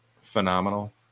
phenomenal